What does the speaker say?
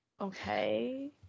okay